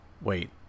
Wait